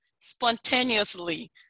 spontaneously